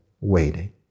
waiting